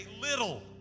little